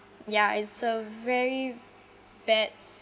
ya it's a very bad